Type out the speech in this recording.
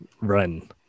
Run